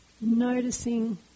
noticing